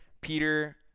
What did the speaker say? Peter—